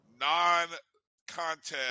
non-contest